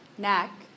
Neck